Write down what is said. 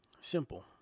simple